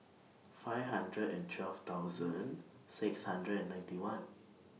five hundred and twelve thousand six hundred and ninety one